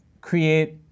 create